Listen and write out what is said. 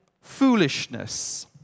foolishness